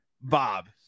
Bob